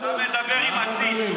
אתה מדבר עם עציץ.